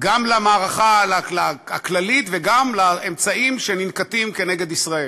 גם למערכה הכללית וגם לאמצעים שננקטים נגד ישראל.